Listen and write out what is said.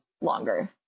longer